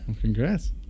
Congrats